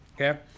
okay